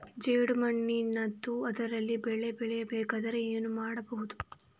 ಜೇಡು ಮಣ್ಣಿದ್ದು ಅದರಲ್ಲಿ ಬೆಳೆ ಬೆಳೆಯಬೇಕಾದರೆ ಏನು ಮಾಡ್ಬಹುದು?